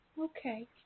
Okay